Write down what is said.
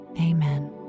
Amen